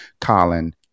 Colin